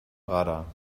radar